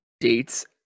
dates